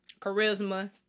charisma